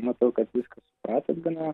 matau kad viską supratot gana